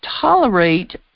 tolerate